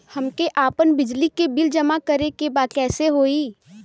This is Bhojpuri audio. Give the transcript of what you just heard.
हमके आपन बिजली के बिल जमा करे के बा कैसे होई?